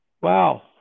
Wow